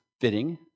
fitting